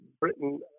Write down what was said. britain